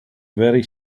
very